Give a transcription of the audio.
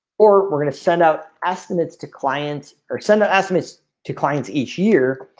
or we're gonna send out estimates to clients or send estimates to clients each year.